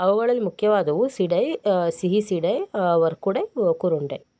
ಅವುಗಳಲ್ಲಿ ಮುಖ್ಯವಾದವು ಸೀಡೈ ಸಿಹಿ ಸೀಡೈ ವೆರ್ಕಡಲೈ ಉರುಂಡೈ